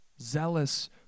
Zealous